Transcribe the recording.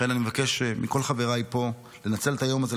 לכן אני מבקש מכל חבריי פה לנצל את היום הזה,